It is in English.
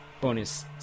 bonus